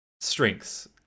strengths